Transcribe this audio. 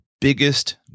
biggest